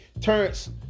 Terrence